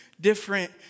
different